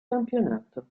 campionato